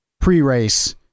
pre-race